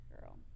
girl